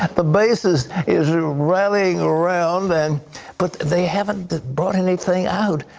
the base is is running around and but they haven't brought anything out.